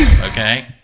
Okay